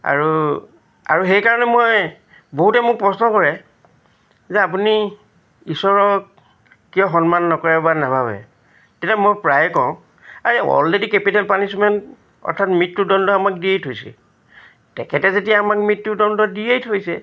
আৰু আৰু সেইকাৰণে মই বহুতে মোক প্ৰশ্ন কৰে যে আপুনি ঈশ্বৰক কিয় সন্মান নকৰে বা নাভাবে তেতিয়া মই প্ৰায়ে কওঁ আৰে অলৰেডি কেপিটেল পানিছমেণ্ট অৰ্থাৎ মৃত্যুদণ্ড আমাক দিয়েই থৈছে তেখেতে যেতিয়া আমাক মৃত্যুদণ্ড দিয়েই থৈছে